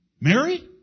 Mary